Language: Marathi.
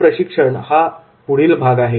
स्थानिक प्रशिक्षण हा पुढील भाग आहे